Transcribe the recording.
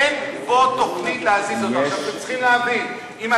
איך אתה יכול להגיד את זה?